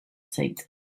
seat